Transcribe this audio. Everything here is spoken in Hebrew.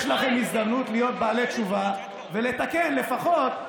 יש לכם הזדמנות להיות בעלי תשובה ולתקן לפחות,